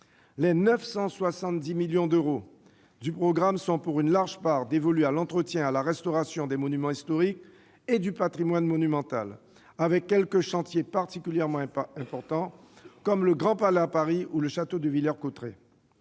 Les 970 millions d'euros du programme sont, pour une large part, dévolus à l'entretien et à la restauration des monuments historiques et du patrimoine monumental, avec quelques chantiers particulièrement importants, comme le Grand Palais à Paris ou le château de Villers-Cotterêts.